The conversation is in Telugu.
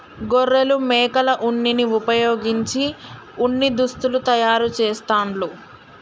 గొర్రెలు మేకల ఉన్నిని వుపయోగించి ఉన్ని దుస్తులు తయారు చేస్తాండ్లు